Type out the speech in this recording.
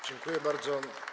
Dziękuję bardzo.